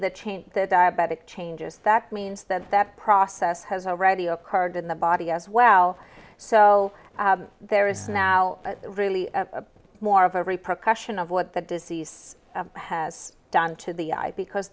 the change that diabetic changes that means that that process has already occurred in the body as well so there is now really more of a repercussion of what the disease has done to the eye because